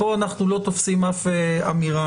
פה אנחנו לא תופסים אף אמירה.